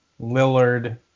Lillard